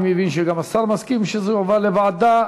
אני מבין שגם השר מסכים שזה יועבר לוועדה.